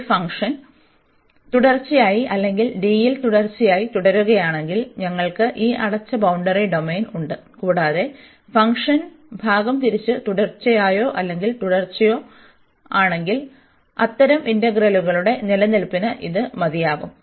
ഈ ഫംഗ്ഷൻ തുടർച്ചയായി അല്ലെങ്കിൽ D യിൽ തുടർച്ചയായി തുടരുകയാണെങ്കിൽ ഞങ്ങൾക്ക് ഈ അടച്ച ബൌണ്ടറി ഡൊമെയ്ൻ ഉണ്ട് കൂടാതെ ഫംഗ്ഷൻ ഭാഗം തിരിച് തുടർച്ചയോ അല്ലെങ്കിൽ തുടർച്ചയോ ആണെങ്കിൽ അത്തരം ഇന്റഗ്രലുകളുടെ നിലനിൽപ്പിന് ഇത് മതിയാകും